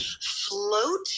float